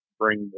bring